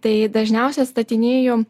tai dažniausia atstatinėju